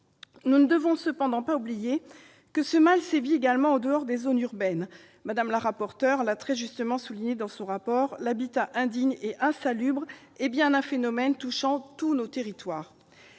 Nous ne devons néanmoins pas oublier que ce mal sévit également en dehors des zones urbaines. Mme la rapporteure l'a très justement souligné dans son rapport, l'habitat indigne et insalubre est bien un phénomène touchant tous nos territoires.